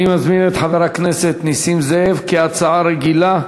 אני מזמין את חבר הכנסת נסים זאב להצעה רגילה,